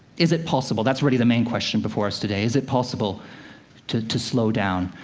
is it possible? that's really the main question before us today. is it possible to to slow down?